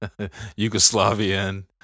Yugoslavian